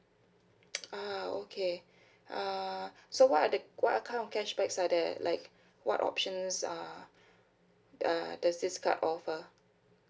ah okay uh so what are the what kind of cashback are there like what options uh uh does this card offer